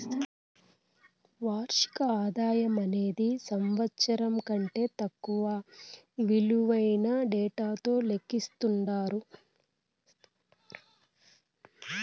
వార్షిక ఆదాయమనేది సంవత్సరం కంటే తక్కువ ఇలువైన డేటాతో లెక్కిస్తండారు